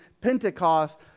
Pentecost